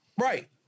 right